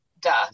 duh